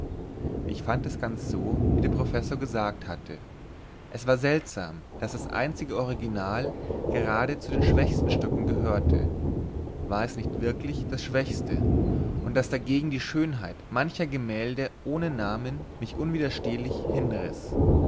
ich fand es ganz so wie der professor gesagt hatte es war seltsam daß das einzige original gerade zu den schwächern stücken gehörte war es nicht wirklich das schwächste und daß dagegen die schönheit mancher gemälde ohne namen mich unwiderstehlich hinriß